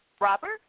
Robert